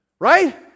Right